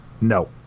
no